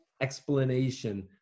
explanation